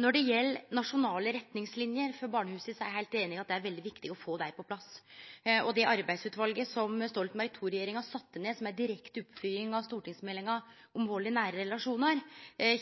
Når det gjeld nasjonale retningslinjer for barnehusa, er eg heilt einig i at det er veldig viktig å få dei på plass. Det arbeidsutvalet som Stoltenberg II-regjeringa sette ned som ei direkte oppfølging av stortingsmeldinga om vald i nære relasjonar,